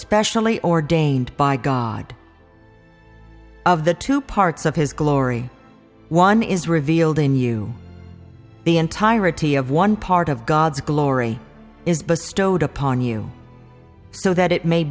specially ordained by god of the two parts of his glory one is revealed in you the entirety of one part of god's glory is bestowed upon you so that it may